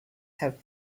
have